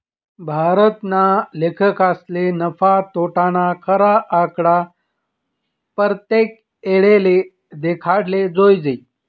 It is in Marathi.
भारतना लेखकसले नफा, तोटाना खरा आकडा परतेक येळले देखाडाले जोयजे